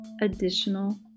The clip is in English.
additional